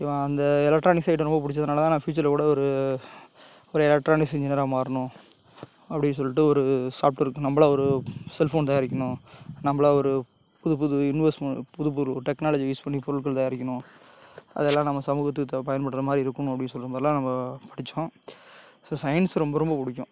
ஓகேவா அந்த electronics item ரொம்ப புடிச்சதுனால தான் நான் ஃபியூச்சரில் கூட ஒரு ஒரு எலக்ட்ரானிக்ஸ் இன்ஜினியராக மாறணும் அப்டின்னு சொல்லிட்டு ஒரு சாப்ஃட்வேருக்கு நம்மளா ஒரு செல்ஃபோன் தயாரிக்கணும் நம்மளா ஒரு புது புது இன்வெஸ் புது புது டெக்னாலஜியை யூஸ் பண்ணி பொருட்கள் தயாரிக்கணும் அதல்லாம் நம்ம சமூகக்துக்கு த பயன்படுகிற மாதிரி இருக்கணும் அப்டின்னு சொல்ற மாதிரிலாம் நம்ம படித்தோம் ஸோ சயின்ஸ் ரொம்ப ரொம்ப பிடிக்கும்